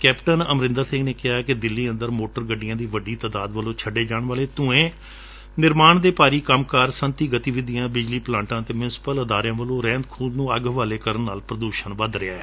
captain Amarinder Singh ਨੇ ਕਿਹਾ ਕਿ ਦਿੱਲੀ ਅੰਦਰ ਮੋਟਰ ਗੱਡੀਆਂ ਦੀ ਵੱਡੀ ਤਾਦਾਦ ਵਾਲੇ ਛੱਡੇ ਜਾਣ ਵਾਲੇ ਧੂੰਏ ਨਿਰਮਾਣ ਦੇ ਭਾਰੀ ਕੰਮਕਾਰ ਸਨਅਤੀ ਗਤੀਵਿਧੀਆਂ ਬਿਜਲੀ ਪਲਾਟਾਂ ਅਤੇ ਮਿਉਂਸਪਲ ਅਦਾਰਿਆਂ ਵੱਲੋਂ ਰਹਿੰਦ ਖੂੰਹਦ ਨੂੰ ਅੱਗ ਹਵਾਲੇ ਕਰਨ ਨਾਲ ਪ੍ਦੂਸ਼ਨ ਵਧ ਰਿਹੈ